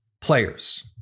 players